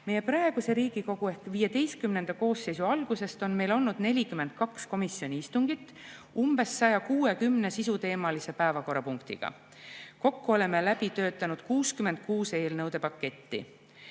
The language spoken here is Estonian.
Meie praeguse Riigikogu ehk XV koosseisu algusest on meil olnud 42 komisjoni istungit umbes 160 sisuteemalise päevakorrapunktiga. Kokku oleme läbi töötanud 66 eelnõude paketti.